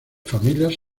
familias